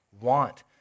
want